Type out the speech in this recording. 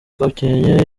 gakenke